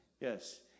yes